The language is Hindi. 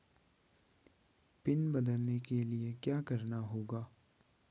पिन बदलने के लिए क्या करना होगा?